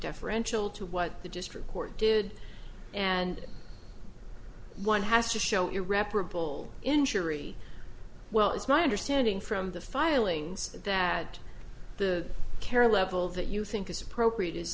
deferential to what the district court did and one has to show irreparable injury well it's my understanding from the filings that the care level that you think is appropriate i